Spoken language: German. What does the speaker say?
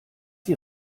die